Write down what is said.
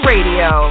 Radio